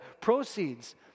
proceeds